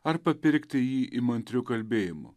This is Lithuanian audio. ar papirkti jį įmantriu kalbėjimu